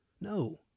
no